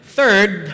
third